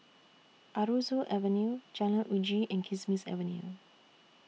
Aroozoo Avenue Jalan Uji and Kismis Avenue